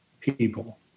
People